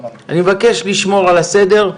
בעבר,